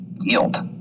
yield